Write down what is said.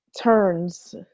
turns